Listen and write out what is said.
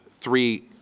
three